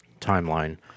timeline